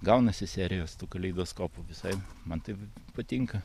gaunasi serijos tu kaleidoskopų visai man tai patinka